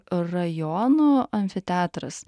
rajonų amfiteatras